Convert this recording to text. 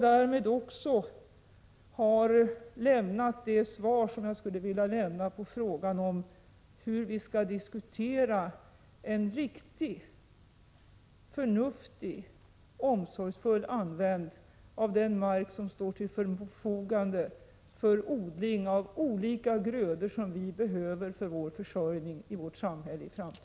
Därmed har jag lämnat svar på frågan om hur vi skall diskutera en riktig, förnuftig och omsorgsfull användning av den mark som står till förfogande för odling av olika grödor som behövs för försörjningen i det svenska samhället i framtiden.